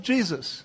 Jesus